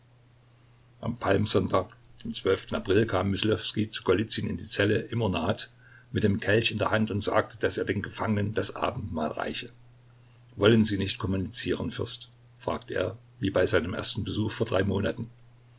am palmsonntag den april kam myslowskij zu golizyn in die zelle im ornat mit dem kelch in der hand und sagte daß er den gefangenen das abendmahl reiche wollen sie nicht kommunizieren fürst fragte er wie bei seinem ersten besuch vor drei monaten